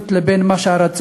הפער בין המציאות לבין הרצון,